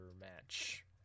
match